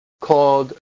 called